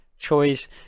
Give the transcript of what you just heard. choice